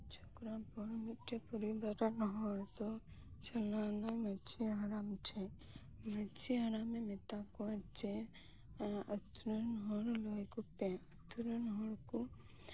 ᱡᱷᱚᱜᱽᱲᱟ ᱯᱚᱨ ᱢᱤᱫ ᱴᱤᱱ ᱯᱚᱨᱤᱵᱟᱨ ᱨᱮᱱ ᱦᱚᱲ ᱫᱚ ᱪᱟᱞᱟᱣ ᱞᱮᱱᱟᱭ ᱢᱟᱹᱡᱷᱤ ᱦᱟᱲᱟᱢ ᱴᱷᱮᱱ ᱢᱟᱹᱡᱷᱤ ᱦᱟᱲᱟᱢᱮ ᱢᱮᱛᱟᱫ ᱠᱚᱣᱟ ᱡᱮ ᱮᱫ ᱟᱛᱳ ᱨᱮᱱ ᱦᱚᱲ ᱞᱟᱹᱭᱟᱠᱚ ᱯᱮ ᱟᱛᱳ ᱨᱮᱱ ᱦᱚᱲ ᱠᱚ